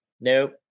nope